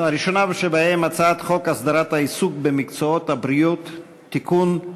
הראשונה שבהן היא הצעת חוק הסדרת העיסוק במקצועות הבריאות (תיקון,